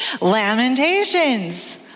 Lamentations